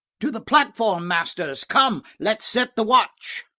to the platform, masters come, let's set the watch.